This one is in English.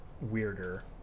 weirder